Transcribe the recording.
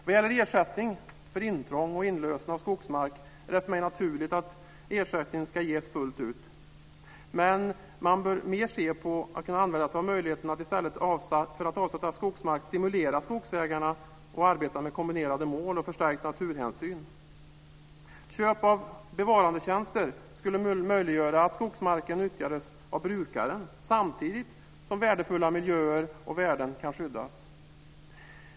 Vad gäller ersättning för intrång och inlösen av skogsmark är det för mig naturligt att ersättning ska ges fullt ut, men man bör mer se på och använda sig av möjligheten att i stället för att avsätta skogsmark stimulera skogsägarna att arbeta med kombinerade mål och förstärkt naturhänsyn. Köp av bevarandetjänster skulle möjliggöra att skogsmarken nyttjades av brukaren samtidigt som värdefulla miljöer och värden kan skyddas.